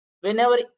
whenever